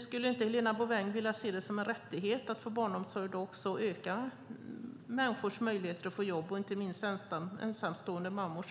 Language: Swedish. Skulle inte Helena Bouveng vilja se det som en rättighet att få barnomsorg? Skulle det inte öka människors möjligheter att få jobb, inte minst ensamstående mammors?